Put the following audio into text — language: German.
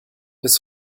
bis